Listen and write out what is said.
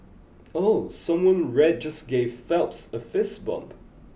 ooh someone in red just gave Phelps a fist bump